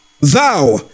Thou